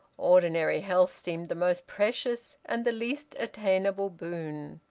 ordinary health seemed the most precious and the least attainable boon.